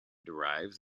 derives